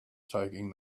taking